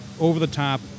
over-the-top